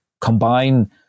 combine